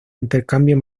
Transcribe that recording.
intercambio